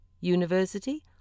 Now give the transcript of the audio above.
University